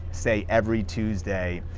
say, every tuesday,